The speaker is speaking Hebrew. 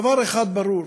דבר אחד ברור: